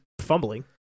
fumbling